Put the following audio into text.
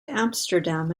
amsterdam